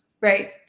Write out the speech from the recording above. right